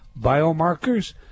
biomarkers